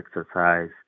exercise